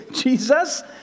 Jesus